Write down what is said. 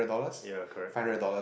ya correct correct